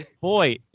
Boy